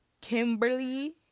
Kimberly